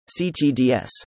CTDS